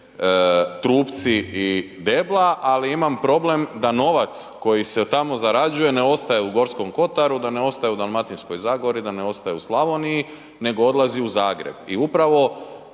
trupci i debla, ali imam problem da novac koji se od tamo zarađuje ne ostaje u Gorskom kotaru, da ne ostaje u Dalmatinskoj zagori, da ne ostaje u Slavoniji, nego odlazi u Zagreb. I upravo